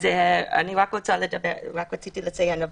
זה רק רציתי לציין.